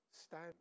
Stand